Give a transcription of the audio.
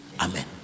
Amen